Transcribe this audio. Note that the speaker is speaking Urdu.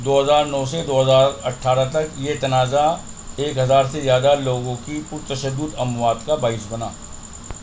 دو ہزار نو سے دو ہزار اٹھارہ تک یہ تنازع ایک ہزار سے زیادہ لوگوں کی پرتشدد اموات کا باعث بنا